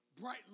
bright